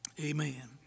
amen